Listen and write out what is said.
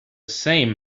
same